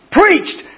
preached